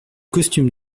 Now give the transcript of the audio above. costume